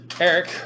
Eric